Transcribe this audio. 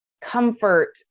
comfort